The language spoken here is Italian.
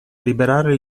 liberare